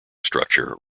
structure